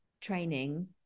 training